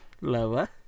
Lower